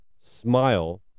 Smile